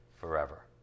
forever